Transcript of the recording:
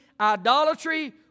idolatry